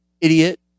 idiot